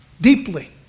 deeply